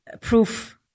proof